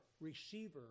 receiver